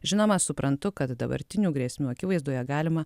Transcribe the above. žinoma suprantu kad dabartinių grėsmių akivaizdoje galima